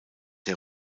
der